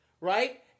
right